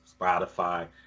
Spotify